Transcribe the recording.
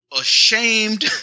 ashamed